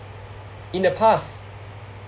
in the past